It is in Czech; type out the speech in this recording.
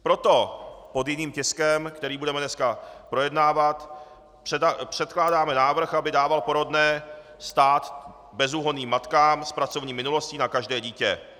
Proto pod jiným tiskem, který budeme dneska projednávat, předkládáme návrh, aby dával porodné stát bezúhonným matkám s pracovní minulostí na každé dítě.